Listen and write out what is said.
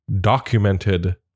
documented